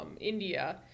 India